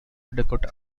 dakota